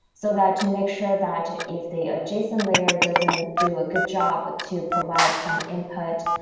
so that to make sure that if the adjacent layer doesn't do a good job to provide some input,